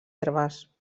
herbes